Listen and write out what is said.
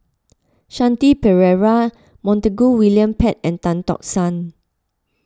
Shanti Pereira Montague William Pett and Tan Tock San